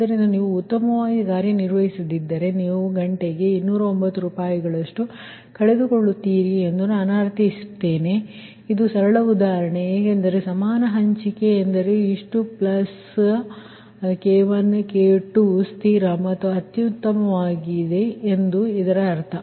ಆದ್ದರಿಂದ ನೀವು ಉತ್ತಮವಾಗಿ ಕಾರ್ಯನಿರ್ವಹಿಸದಿದ್ದರೆ ನೀವು ಗಂಟೆಗೆ 209 ರೂಪಾಯಿಗಳಷ್ಟು ಕಳೆದುಕೊಳ್ಳುತ್ತೀರಿ ಎಂದು ನಾನು ಅರ್ಥೈಸುತ್ತೇನೆ ಇದು ಸರಳ ಉದಾಹರಣೆ ಏಕೆಂದರೆ ಸಮಾನ ಹಂಚಿಕೆ ಎಂದರೆ ಇಷ್ಟು ಪ್ಲಸ್ K1 K2 ಸ್ಥಿರ ಮತ್ತು ಅತ್ಯುತ್ತಮವಾಗಿ ಎಂದು ಇದರ ಅರ್ಥ